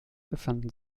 befanden